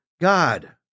God